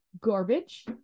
garbage